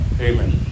Amen